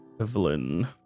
evelyn